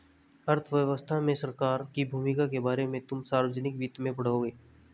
अर्थव्यवस्था में सरकार की भूमिका के बारे में तुम सार्वजनिक वित्त में पढ़ोगे